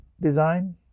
design